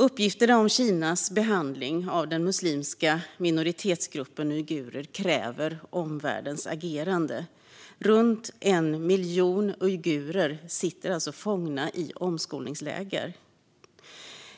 Uppgifterna om Kinas behandling av den muslimska minoritetsgruppen uigurer kräver omvärldens agerande. Runt 1 miljon uigurer sitter alltså fångna i omskolningsläger.